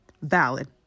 Valid